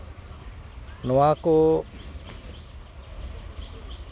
ᱱᱚᱣᱟ ᱠᱚ